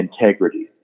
integrity